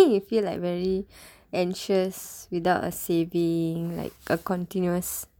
feel like very anxious without a saving like a continuous